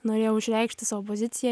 norėjau išreikšti savo poziciją